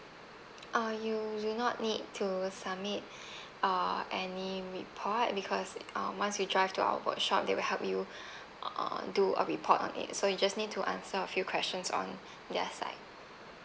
ah you do not need to submit uh any report because uh once you drive to our workshop they will help you uh do a report on it so you just need to answer a few questions on their site